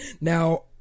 Now